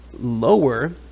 lower